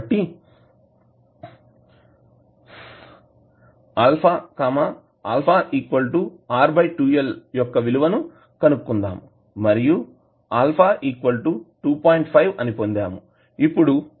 కాబట్టి α α R 2L యొక్క విలువను కనుక్కుందాం మరియు α 2